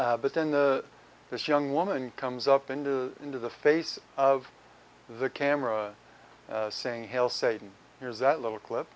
but then the this young woman comes up and into the face of the camera saying hail satan here's that little clip